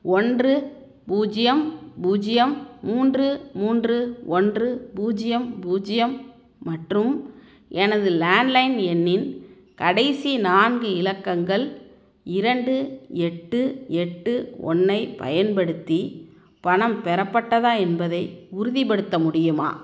ஒன்று பூஜ்ஜியம் பூஜ்ஜியம் மூன்று மூன்று ஒன்று பூஜ்ஜியம் பூஜ்ஜியம் மற்றும் எனது லேண்ட்லைன் எண்ணின் கடைசி நான்கு இலக்கங்கள் இரண்டு எட்டு எட்டு ஒன்று ஐப் பயன்படுத்தி பணம் பெறப்பட்டதா என்பதை உறுதிப்படுத்த முடியுமா